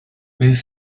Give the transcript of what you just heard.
bydd